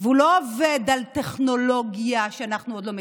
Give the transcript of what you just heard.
הוא לא עובד על טכנולוגיה שאנחנו עוד לא מכירים.